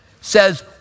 says